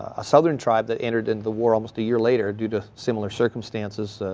a southern tribe that entered into the war almost a year later due to similar circumstances,